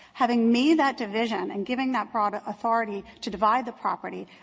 having made that division and giving that broad authority to divide the property,